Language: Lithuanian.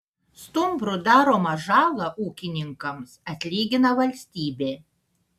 stumbrų daromą žalą ūkininkams atlygina valstybė